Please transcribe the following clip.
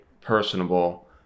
personable